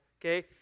Okay